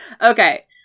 okay